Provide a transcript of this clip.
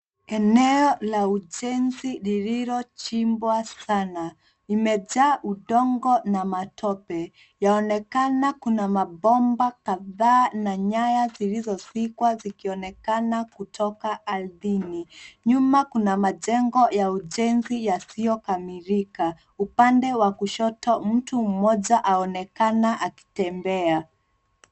Eneo la ujenzi lililochimbwa sana limejaa udongo na matope. Yaonekana kuna mabomba kadhaa na nyaya zilizozikwa zikionekana kutoka ardhini. Nyuma kuna majengo ya ujenzi yasiyokamilika. Upande wa kushoto mtu mmoja aonekana akitembea.